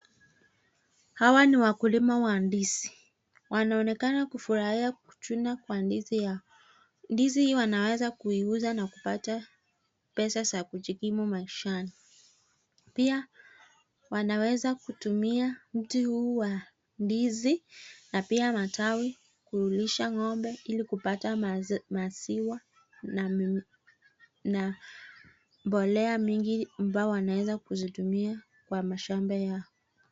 Hawa ni wakulima wa ndizi. Wanaonekana kufufurahia kuchuna kwa ndizi yao. Ndizi wanaweza kuiuza na kupata pesa za kujikimu maishani. Pia wanaweza kutumua mtii huu wa ndizi na pia matawi kulisha ng'ombe ili kupata maziwa na mbolea mingi ambayo wanaweza kuzitumia kwa mashamba yao.